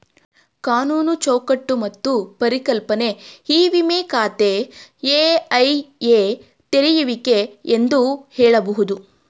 ಕಾನೂನು ಚೌಕಟ್ಟು ಮತ್ತು ಪರಿಕಲ್ಪನೆ ಇ ವಿಮ ಖಾತೆ ಇ.ಐ.ಎ ತೆರೆಯುವಿಕೆ ಎಂದು ಹೇಳಬಹುದು